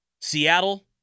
Seattle